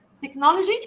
technology